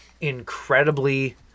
incredibly